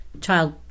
child